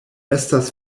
estas